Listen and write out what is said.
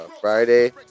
Friday